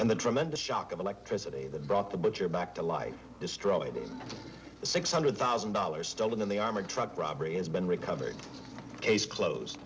and the tremendous shock of electricity that brought the but your back to life destroyed six hundred thousand dollars stolen in the armored truck robbery has been recovered case